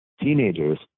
teenagers